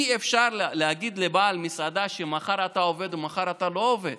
אי-אפשר להגיד לבעל מסעדה: מחר אתה עובד או מחר אתה לא עובד,